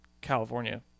California